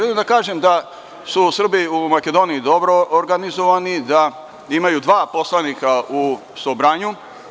Želim da kažem da su Srbi u Makedoniji dobro organizovani, da imaju dva poslanika u Sobranju.